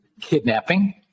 kidnapping